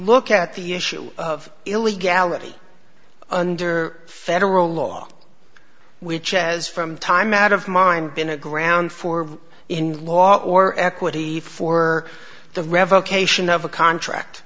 look at the issue of illegality under federal law which as from time out of mind been a ground for in law or equity for the revocation of a contract